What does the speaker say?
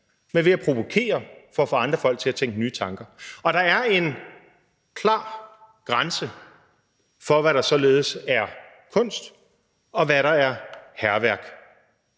men ved at provokere for at få andre folk til at tænke nye tanker. Der er en klar grænse for, hvad der således er kunst, og hvad der er hærværk.